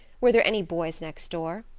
were there any boys next door?